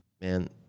Man